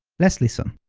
let's listen.